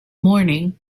morning